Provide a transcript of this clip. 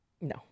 no